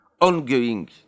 ongoing